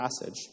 passage